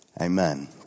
Amen